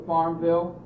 Farmville